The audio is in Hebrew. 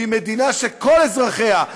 ועם מדינה שכל אזרחיה,